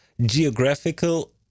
geographical